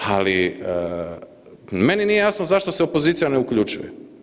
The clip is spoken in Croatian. Ali, meni nije jasno zašto se opozicija ne uključuje.